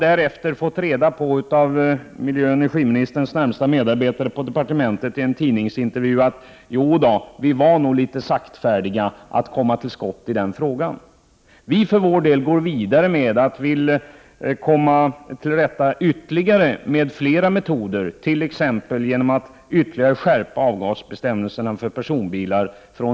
Därefter har vi av miljöoch energiministerns närmaste medarbetare i departementet fått reda på, genom en tidningsintervju, att man nog var litet långsam när det gällde att komma till skott i den frågan. Vi för vår del vill gå vidare med hjälp av flera metoder, t.ex. genom att 1995 skärpa avgasbestämmelserna för personbilar.